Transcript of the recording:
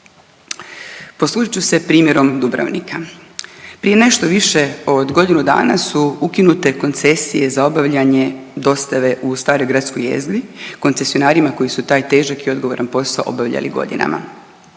Poslužit ću se primjerom Dubrovnika. Prije nešto više od godinu dana su ukinute koncesije za obavljanje dostave u staroj gradskoj jezgri koncesionarima koji su taj težak i odgovoran posao obavljali godinama.